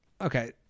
Okay